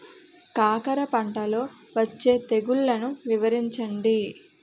కాకర పంటలో వచ్చే తెగుళ్లను వివరించండి?